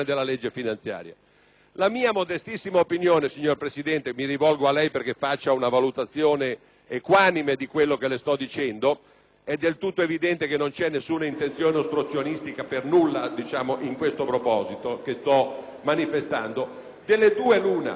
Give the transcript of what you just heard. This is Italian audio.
La mia modestissima opinione, signor Presidente - mi rivolgo a lei perché faccia una valutazione equanime di quello che le sto dicendo; è del tutto evidente che non vi è alcuna intenzione ostruzionistica nel proposito che sto manifestando